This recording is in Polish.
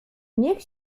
niech